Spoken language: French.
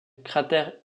cratères